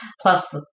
Plus